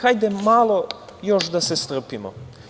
Hajde malo još da se strpimo.